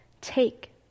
Take